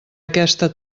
aquesta